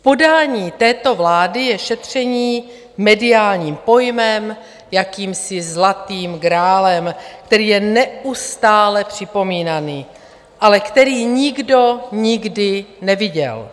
V podání této vlády je šetření mediálním pojmem, jakýmsi zlatým grálem, který je neustále připomínaný, ale který nikdo nikdy neviděl.